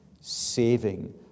saving